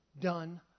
done